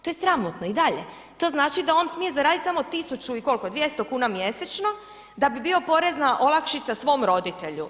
To je sramotno i dalje, to znači da on smije zaraditi samo 1000 i koliko 200 kn mjesečno da bi bio porezna olakšica svom roditelju.